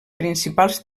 principals